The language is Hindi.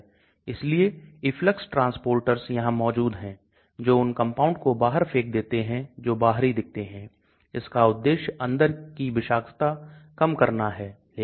तो यह आयनिक और गैर आयनिक और निश्चित रूप से आप नहीं जान पाएंगे मान लीजिए कि आपके पास एक विलायक है तो आपके पास बहुत कम या व्यावहारिक रूप से शून्य आयनिक रूप हो सकता है जबकि जलीय ध्रुवीय कंपाउंड में लवण आयनिक जाएगा